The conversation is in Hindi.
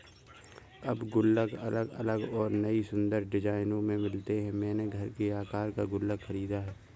अब गुल्लक अलग अलग और नयी सुन्दर डिज़ाइनों में मिलते हैं मैंने घर के आकर का गुल्लक खरीदा है